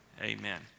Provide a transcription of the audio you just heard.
Amen